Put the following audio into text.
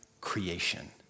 creation